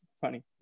funny